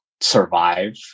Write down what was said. survive